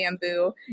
bamboo